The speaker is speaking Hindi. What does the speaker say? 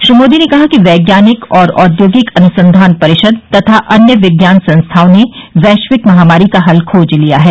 श्री मोदी ने कहा कि वैज्ञानिक और औद्योगिक अनुसंधान परिषद तथा अन्य विज्ञान संस्थाओं ने वैश्विक महामारी का हल खोज लिया है